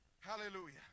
hallelujah